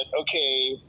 okay